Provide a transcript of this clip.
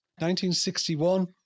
1961